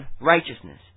righteousness